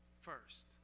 first